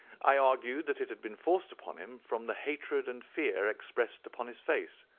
i argued that it had been forced upon him from the hatred and fear expressed upon his face.